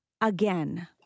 again